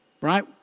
right